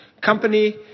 company